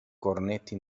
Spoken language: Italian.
cornetti